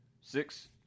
Six